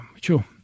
sure